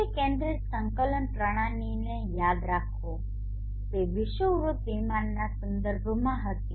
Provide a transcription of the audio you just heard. પૃથ્વી કેન્દ્રિત સંકલન પ્રણાલીને યાદ રાખો જે વિષુવવૃત્ત વિમાનના સંદર્ભમાં હતી